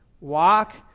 walk